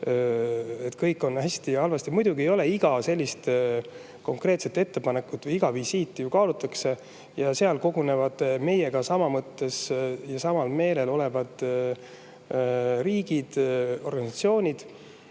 kõik on hästi halvasti. Muidugi ei ole. Iga konkreetset ettepanekut ja iga visiiti ju kaalutakse. Seal kogunevad meiega samade mõtetega ja samal meelel olevad riigid, organisatsioonid. Aga